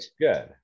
Good